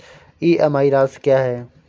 EMI राशि क्या है?